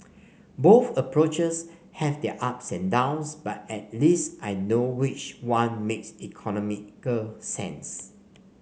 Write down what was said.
both approaches have their ups and downs but at least I know which one makes economical sense